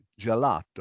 gelato